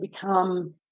become